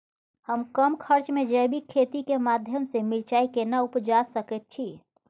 हम कम खर्च में जैविक खेती के माध्यम से मिर्चाय केना उपजा सकेत छी?